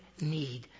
need